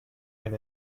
and